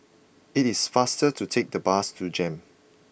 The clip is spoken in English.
it is faster to take the bus to Jem